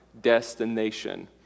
destination